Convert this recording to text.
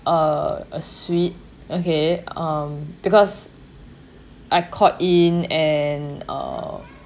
uh a suite okay um because I called in and uh